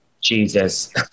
Jesus